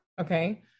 Okay